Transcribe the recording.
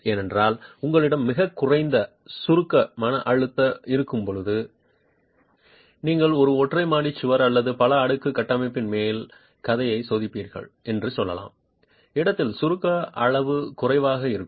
ஏனென்றால் உங்களிடம் மிகக் குறைந்த சுருக்க மன அழுத்தம் இருக்கும்போது நீங்கள் ஒரு ஒற்றை மாடி சுவர் அல்லது பல அடுக்கு கட்டமைப்பின் மேல் கதையை சோதிக்கிறீர்கள் என்று சொல்லலாம் இடத்தில சுருக்க அளவு குறைவாக இருக்கும்